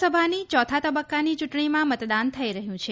લોકસભાની ચોથા તબક્કાની ચ્રંટણીમાં મતદાન થઈ રહ્યું છે